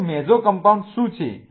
તો મેસોકમ્પાઉન્ડ શું છે